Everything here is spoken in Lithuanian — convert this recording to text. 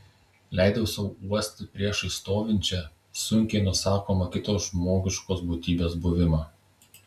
leidau sau uosti priešais stovinčią sunkiai nusakomą kitos žmogiškos būtybės buvimą